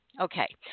Okay